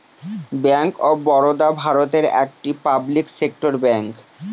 bank of Baroda ভারতের একটি public sector bank